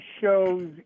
shows